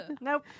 nope